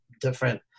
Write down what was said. different